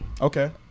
Okay